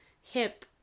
hip